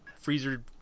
freezer